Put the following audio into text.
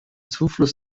zufluss